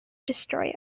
destroy